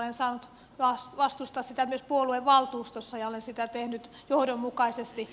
olen saanut vastustaa sitä myös puoluevaltuustossa ja olen sitä tehnyt johdonmukaisesti